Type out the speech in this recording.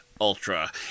Ultra